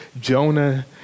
Jonah